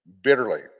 bitterly